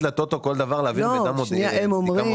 לטוטו כל דבר להעביר לבדיקה מודיעינית?